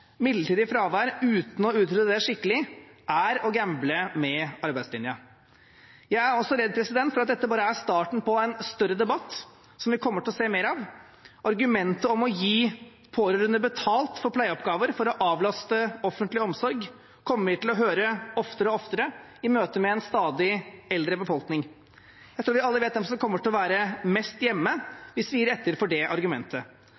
midlertidig fravær uten å utrede det skikkelig er å gamble med arbeidslinja. Jeg er også redd for at dette bare er starten på en større debatt som vi kommer til å se mer av: Argumentet om å gi pårørende betalt for pleieoppgaver for å avlaste offentlig omsorg kommer vi til å få høre oftere og oftere i møte med en stadig eldre befolkning. Jeg tror vi alle vet hvem som kommer til å være mest hjemme hvis vi gir etter for det argumentet.